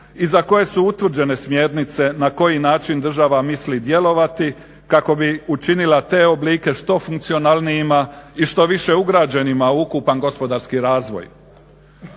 i za koje su utvrđene smjernice na koji način država misli djelovati kako bi učinila te oblike što funkcionalnijima i što više ugrađenima u ukupan gospodarski razvoj.